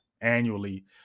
annually